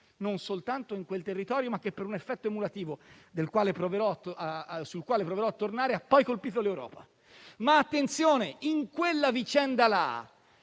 non soltanto in quel territorio, ma che per un effetto emulativo sul quale proverò a tornare ha poi colpito l'Europa. In quella vicenda,